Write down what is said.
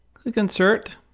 click insert.